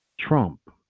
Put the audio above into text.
Trump